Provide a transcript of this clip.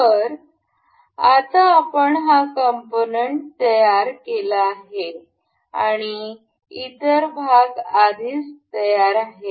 तर आता आपण हा कॉम्पोनन्ट्तयार केला आहे आणि इतर भाग आधीच तयार आहेत